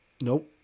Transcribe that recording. Nope